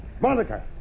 Monica